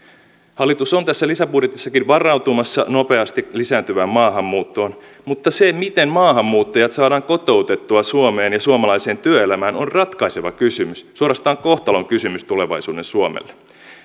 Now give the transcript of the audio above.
hallitus on tässä lisäbudjetissakin varautumassa nopeasti lisääntyvään maahanmuuttoon mutta se miten maahanmuuttajat saadaan kotoutettua suomeen ja suomalaiseen työelämään on ratkaiseva kysymys suorastaan kohtalon kysymys tulevaisuuden suomelle